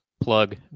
plug